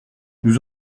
nous